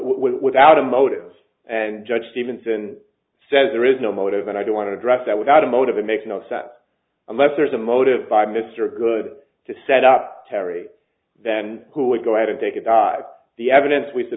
without a motive and judge stevenson says there is no motive and i don't want to address that without a motive it makes no sense unless there's a motive by mr good to set up terry then who would go ahead and take a dive the evidence w